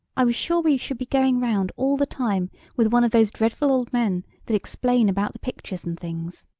i was sure we should be going round all the time with one of those dreadful old men that explain about the pictures and things.